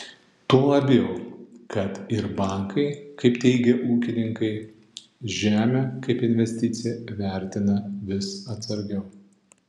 tuo labiau kad ir bankai kaip teigia ūkininkai žemę kaip investiciją vertina vis atsargiau